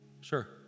Sure